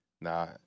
Nah